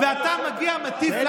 נוכל, שקרן ורמאי יושב פה.